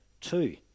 two